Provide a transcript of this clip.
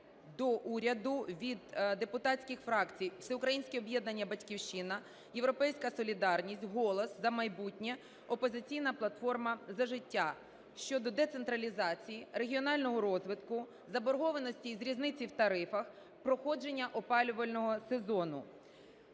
до уряду від депутатських фракцій: "Всеукраїнське об'єднання "Батьківщина", "Європейська солідарність", "Голос", "За майбутнє", "Опозиційна платформа – За життя" – щодо децентралізації, регіонального розвитку, заборгованості із різниці в тарифах, проходження опалювального сезону.